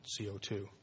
CO2